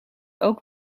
ook